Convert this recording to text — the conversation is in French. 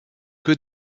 que